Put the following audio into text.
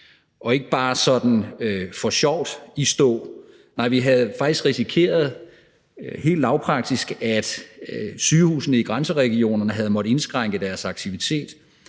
og ikke bare sådan for sjov i stå. Nej, vi havde faktisk helt lavpraktisk risikeret, at sygehusene i grænseregionerne havde måttet indskrænke deres aktivitet,